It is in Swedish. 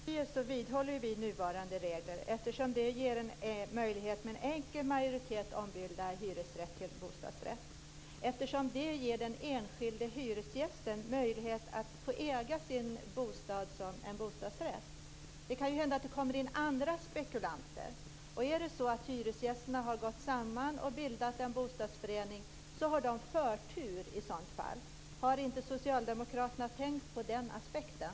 Fru talman! Vi i Centerpartiet vidhåller nuvarande regler eftersom det innebär en möjlighet att med enkel majoritet ombilda hyresrätt till bostadsrätt. Det ger den enskilde hyresgästen möjlighet att få äga sin bostad som en bostadsrätt; det kan ju komma in andra spekulanter. Om hyresgästerna har gått samman och bildat en bostadsförening har de i så fall förtur. Har inte socialdemokraterna tänkt på den aspekten?